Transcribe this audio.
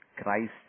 Christ